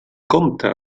compte